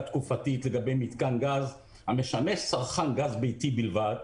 תקופתית לגבי מיתקן גז המשמש צרכן גז ביתי בלבד,